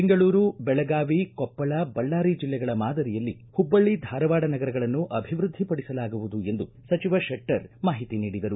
ಬೆಂಗಳೂರು ಬೆಳಗಾವಿ ಕೊಪ್ಪಳ ಬಳ್ಳಾರಿ ಜಿಲ್ಲೆಗಳ ಮಾದರಿಯಲ್ಲಿ ಹುಬ್ಬಳ್ಳಿ ಧಾರವಾಡ ನಗರಗಳನ್ನು ಅಭಿವೃದ್ಧಿ ಪಡಿಸಲಾಗುವುದು ಎಂದು ಸಚಿವ ಶೆಟ್ಟರ್ ಮಾಹಿತಿ ನೀಡಿದರು